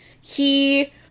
he-